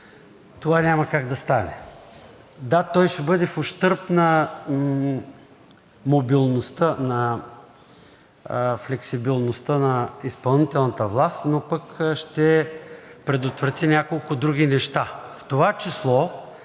това няма как да стане. Да, той ще бъде в ущърб на мобилността, на флексибилността на изпълнителната власт, но пък ще предотврати няколко други неща.